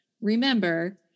remember